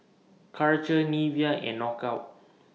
Karcher Nivea and Knockout